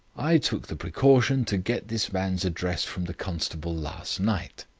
i took the precaution to get this man's address from the constable last night.